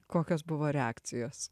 kokios buvo reakcijos